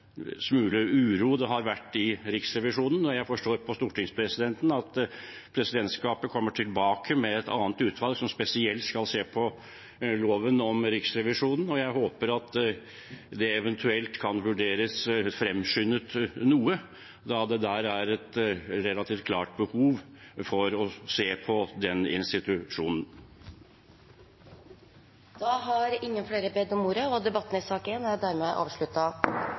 stortingspresidenten at presidentskapet kommer tilbake med et annet utvalg som spesielt skal se på lov om Riksrevisjonen. Jeg håper det eventuelt kan vurderes fremskyndet noe, da det er et relativt klart behov for å se på den institusjonen. Flere har ikke bedt om ordet til sak nr. 1. Regjeringsplattformen fra Granavolden slår fast at 2030-agendaen og forpliktelsen til å oppfylle bærekraftsmålene er vårt hovedspor i utviklingspolitikken. Det er